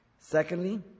Secondly